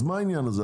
אז מה העניין הזה?